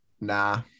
nah